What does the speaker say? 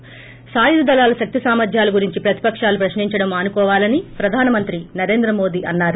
ి సాయుధ దళాల శక్తి సామర్ధ్యాలు గురించి ప్రతిపకాలు ప్రశ్న ంచడం గా సాయ మానుకోవాలని ప్రధాన మంత్రి నరేంద్ర మోదీ అన్నారు